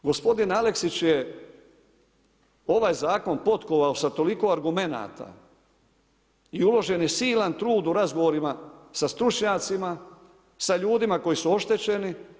Gospodin Aleksić je ovaj zakon potkovao sa toliko argumenata i uložen je silan trud u razgovorima sa stručnjacima, sa ljudima koji su oštećeni.